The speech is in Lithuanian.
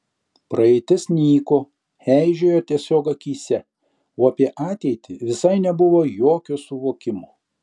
praeitis nyko eižėjo tiesiog akyse o apie ateitį visai nebuvo jokio suvokimo